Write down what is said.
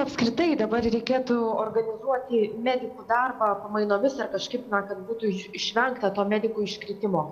apskritai dabar reikėtų organizuoti medikų darbą pamainomis ar kažkaip na kad būtų išvengta to medikų iškritimo